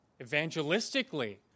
evangelistically